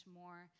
more